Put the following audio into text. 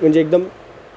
म्हणजे एकदम